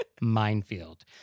minefield